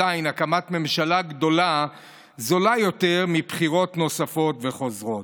עדיין הקמת ממשלה גדולה זולה יותר מבחירות נוספות וחוזרות.